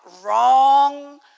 wrong